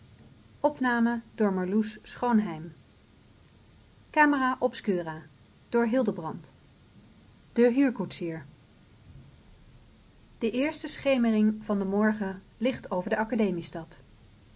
de huurkoetsier de eerste schemering van den morgen ligt over de